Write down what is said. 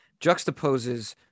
juxtaposes